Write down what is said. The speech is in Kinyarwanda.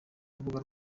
rubuga